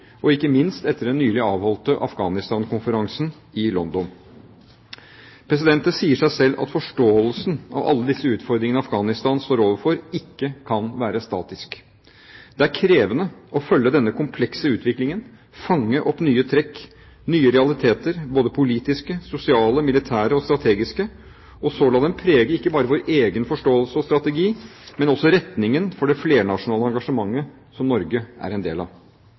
og ikke minst etter den nylig avholdte Afghanistan-konferansen i London. Det sier seg selv at forståelsen av alle disse utfordringene Afghanistan står overfor, ikke kan være statisk. Det er krevende å følge denne komplekse utviklingen, fange opp nye trekk, nye realiteter – både politiske, sosiale, militære og strategiske – og så la dem prege ikke bare vår egen forståelse og strategi, men også retningen for det flernasjonale engasjementet som Norge er en del av.